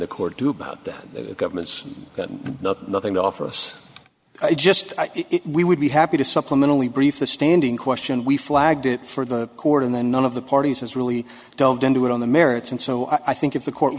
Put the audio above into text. the court do about that the government's not nothing to offer us just we would be happy to supplement only brief the standing question we flagged it for the court and then none of the parties has really delved into it on the merits and so i think if the court